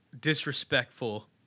disrespectful